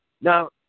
Now